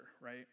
right